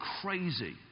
crazy